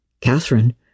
Catherine